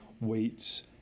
weights